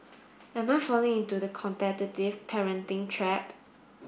am I falling into the competitive parenting trap